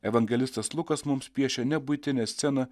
evangelistas lukas mums piešia ne buitinę sceną